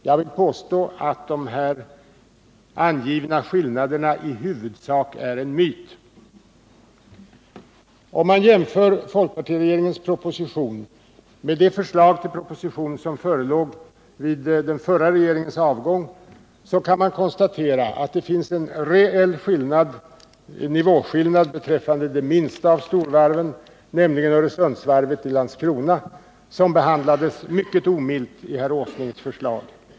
Jag vill påstå att de angivna skillnaderna i huvudsak är en myt. Om man jämför folkpartiregeringens proposition med det förslag till proposition som förelåg vid den förra regeringens avgång kan man konstatera att det finns en reell nivåskillnad beträffande det minsta av storvarven, nämligen Öresundsvarvet i Landskrona, som behandlades mycket omilt i herr Åslings förslag.